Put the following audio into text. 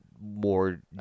more